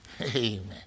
Amen